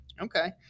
Okay